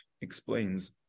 Explains